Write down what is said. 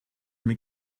mit